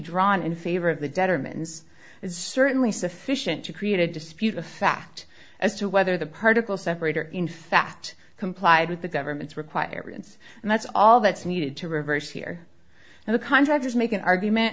drawn in favor of the detriments is certainly sufficient to create a dispute the fact as to whether the particle separator in fact complied with the government's requirements and that's all that's needed to reverse here and the contractors make an argument